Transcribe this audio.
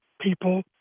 people